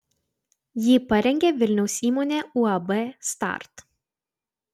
jį parengė vilniaus įmonė uab start